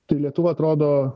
tai lietuva atrodo